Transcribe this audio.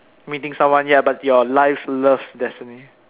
meeting someone ya but your life's love destiny